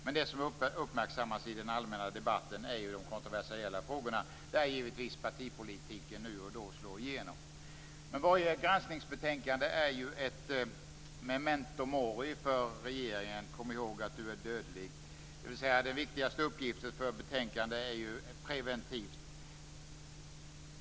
Men det som uppmärksammas i den allmänna debatten är ju de kontroversiella frågorna, där givetvis partipolitiken nu och då slår igenom. Varje granskningsbetänkande är ju för regeringen ett memento mori - kom ihåg att du är dödlig. Den viktigaste uppgiften för betänkandena är preventivt.